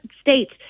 states